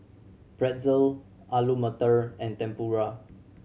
Pretzel Alu Matar and Tempura